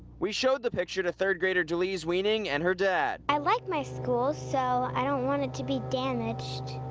we showed the picture to third grader dilys wiening and her dad. well i like my school so i dont want it to be damaged,